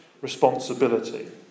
responsibility